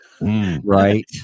right